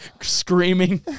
screaming